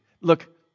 Look